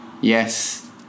Yes